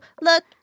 Look